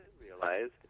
realized